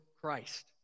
Christ